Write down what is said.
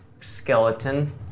skeleton